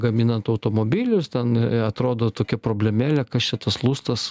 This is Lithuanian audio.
gaminant automobilius ten atrodo tokia problemėlė kas čia tas lustas